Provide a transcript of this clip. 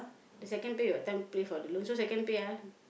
the second pay that time pay for the loan so second pay ah